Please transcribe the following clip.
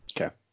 Okay